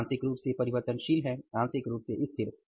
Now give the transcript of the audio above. वे आंशिक रूप से परिवर्तनशील हैं आंशिक रूप से स्थिर